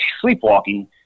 sleepwalking